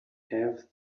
have